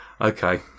okay